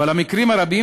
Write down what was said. אבל המקרים הרבים,